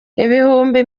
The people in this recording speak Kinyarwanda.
ibihumbi